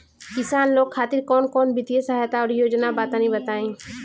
किसान लोग खातिर कवन कवन वित्तीय सहायता और योजना बा तनि बताई?